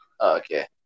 Okay